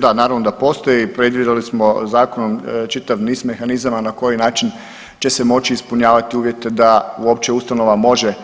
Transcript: Da, naravno da postoji, predvidjeli smo zakonom čitav niz mehanizama na koji način će se moći ispunjavati uvjete da uopće ustanova može